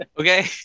Okay